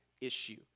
issue